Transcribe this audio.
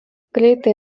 greitai